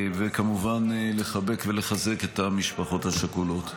וכמובן, לחבק ולחזק את המשפחות השכולות.